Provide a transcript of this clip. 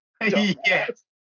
Yes